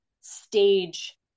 stage